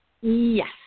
Yes